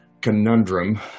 conundrum